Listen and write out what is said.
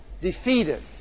defeated